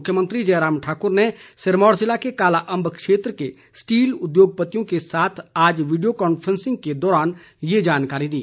मुख्यमंत्री जयराम ठाकुर ने सिरमौर ज़िले के कालाअंब क्षेत्र के स्टील उद्योगपतियों के साथ आज वीडियो कांफ्रेंसिंग के दौरान ये जानकारी दी